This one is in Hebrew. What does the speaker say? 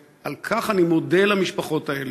ועל כך אני מודה למשפחות האלה,